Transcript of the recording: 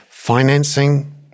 financing